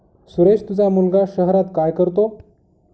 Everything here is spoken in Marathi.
सुरेश तुझा मुलगा शहरात काय करतो